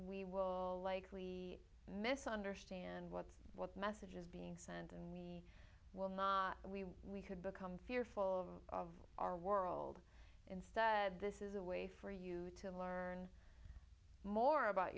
we will likely misunderstand what's what message is being sent and we will not we we could become fearful of our world instead this is a way for you to learn more about